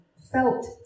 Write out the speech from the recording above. felt